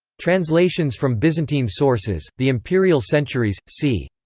translations from byzantine sources the imperial centuries, c.